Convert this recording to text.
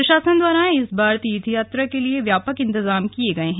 प्रशासन द्वारा इस बार तीर्थयात्रा के लिए व्यापक इंतेजाम किए गए हैं